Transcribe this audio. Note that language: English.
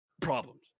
problems